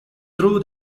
through